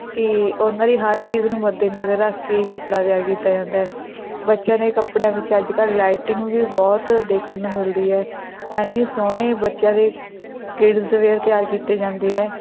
ਕੀ ਉਹਨਾਂ ਦੀ ਹਰ ਚੀਜ਼ ਨੂੰ ਮੱਦੇ ਨਜ਼ਰ ਰੱਖ ਕੇ ਹੀ ਕੱਪੜਾ ਤਿਆਰ ਕੀਤਾ ਜਾਂਦਾ ਹੈ ਬੱਚਿਆਂ ਦੇ ਕੱਪੜਿਆਂ ਵਿੱਚ ਅੱਜ ਕੱਲ੍ਹ ਲਾਈਟਿੰਗ ਵੀ ਬਹੁਤ ਦੇਖਣ ਨੂੰ ਮਿਲਦੀ ਹੈ ਇੰਨੀ ਸੋਹਣੇ ਬੱਚਿਆਂ ਦੇ ਕਿਡਸ ਵੇਅਰ ਤਿਆਰ ਕੀਤੇ ਜਾਂਦੇ ਹੈ